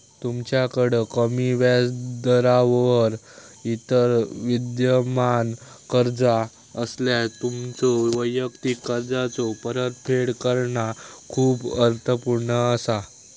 तुमच्याकड कमी व्याजदरावर इतर विद्यमान कर्जा असल्यास, तुमच्यो वैयक्तिक कर्जाचो परतफेड करणा खूप अर्थपूर्ण असा